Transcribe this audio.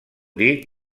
dir